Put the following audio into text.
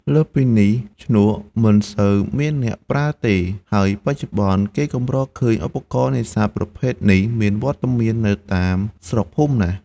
លើសពីនេះ ឈ្នក់ មិនសូវមានអ្នកប្រើទេ ហើយបច្ចុប្បន្ន គេកម្រឃើញឧបរណ៍នេសាទប្រភេទនេះ មានវត្តមាននៅតាមស្រុកភូមិណាស់។